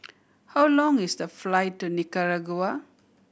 how long is the flight to Nicaragua